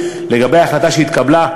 לגבי ההחלטה שהתקבלה,